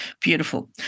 beautiful